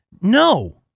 No